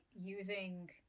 using